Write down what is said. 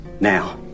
now